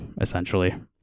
Essentially